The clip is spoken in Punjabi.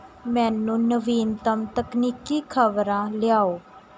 ਮੈਨੂੰ ਨਵੀਨਤਮ ਤਕਨੀਕੀ ਖ਼ਬਰਾਂ ਲਿਆਓ